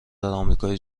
آمریکای